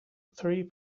three